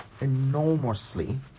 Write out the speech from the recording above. enormously